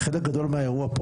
חלק גדול מהאירוע פה,